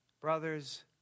brothers